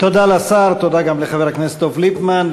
תודה לשר, תודה גם לחבר הכנסת דב ליפמן.